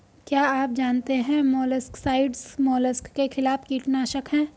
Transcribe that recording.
क्या आप जानते है मोलस्किसाइड्स मोलस्क के खिलाफ कीटनाशक हैं?